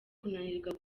kunanirwa